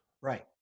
Right